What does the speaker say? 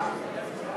חוק תעריפי